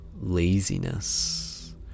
laziness